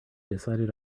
decided